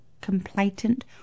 complainant